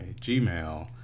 gmail